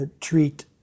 treat